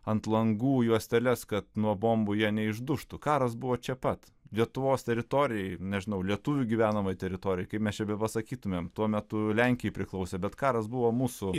ant langų juosteles kad nuo bombų jie neišdužtų karas buvo čia pat lietuvos teritorijoj nežinau lietuvių gyvenamoj teritorijoj kaip mes čia bepasakytumėm tuo metu lenkijai priklausė bet karas buvo mūsų